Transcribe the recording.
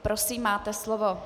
Prosím, máte slovo.